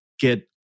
get